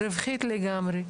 היא רווחית לגמרי,